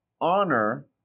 honor